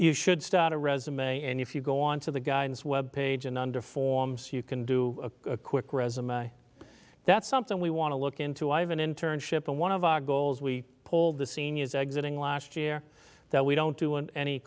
you should start a resume and if you go on to the guidance web page and under forms you can do a quick resume that's something we want to look into i have an internship with one of our goals we pulled the seniors exiting last year that we don't do an